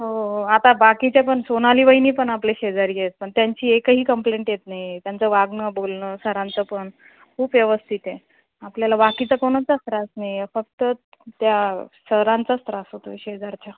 हो हो आता बाकीच्या पण सोनाली वहिनी पण आपले शेजारी आहेत पण त्यांची एकही कंप्लेंट येत नाही आहे त्यांचं वागणं बोलणं सरांचं पण खूप व्यवस्थित आहे आपल्याला बाकीचा कोणाचाच त्रास नाही आहे फक्त त्या सरांचाच त्रास होतो आहे शेजारच्या